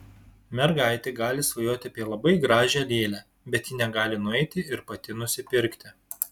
mergaitė gali svajoti apie labai gražią lėlę bet ji negali nueiti ir pati nusipirkti